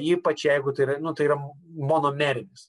ypač jeigu tai yra nu tai yra monomerinis